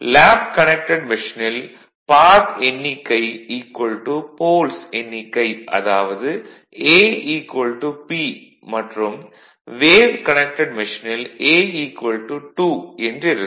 lab connected மெஷினில் path எண்ணிக்கை poles எண்ணிக்கை அதாவது A P மற்றும் வேவ் கனெக்டெட் மெஷினில் A 2 என்றிருக்கும்